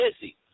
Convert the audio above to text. busy